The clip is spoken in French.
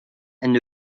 elles